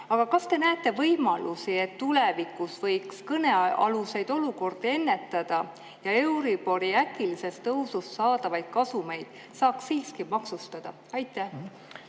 Aga kas te näete võimalusi, et tulevikus võiks kõnealuseid olukordi ennetada ja euribori äkilisest tõusust saadavaid kasumeid saaks siiski maksustada? Aitäh,